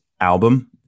album